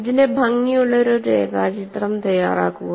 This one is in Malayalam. ഇതിന്റെ ഭംഗിയുള്ള ഒരു രേഖാചിത്രം തയ്യാറാക്കുക